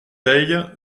peille